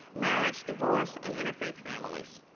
marriage, divorce and interfaith families.